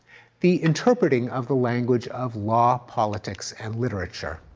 the interpreting of the language of law, politics and literature.